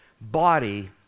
body